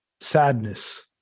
sadness